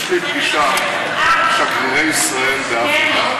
יש לי פגישה עם שגרירי ישראל באפריקה.